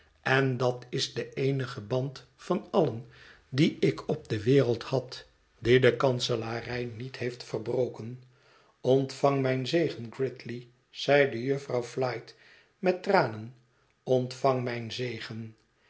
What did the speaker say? en dat is de eenige band van allen die ik op de wereld had dien de kanselarij niet heeft verbroken ontvang mijn zegen gridley zeide jufvrouw flite met tranen ontvang mijn zegen